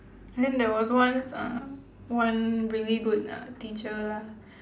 then there was once uh one really good uh teacher lah